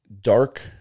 dark